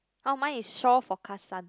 oh mine is shore forecast sun